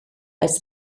als